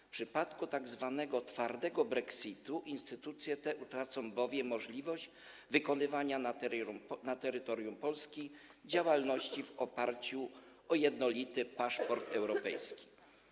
W przypadku tzw. twardego brexitu instytucje te utracą bowiem możliwość wykonywania na terytorium Polski działalności w oparciu o jednolity paszport europejski.